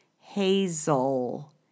Hazel